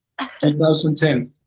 2010